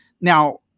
Now